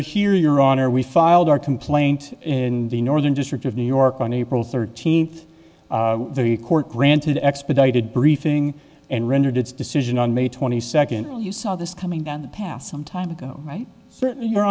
here your honor we filed our complaint in the northern district of new york on april thirteenth the court granted expedited briefing and rendered its decision on may twenty second you saw this coming down the pass some time ago right certainly you